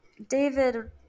david